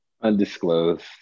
undisclosed